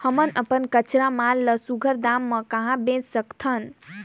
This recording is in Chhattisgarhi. हमन अपन कच्चा माल ल सुघ्घर दाम म कहा बेच सकथन?